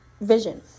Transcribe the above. vision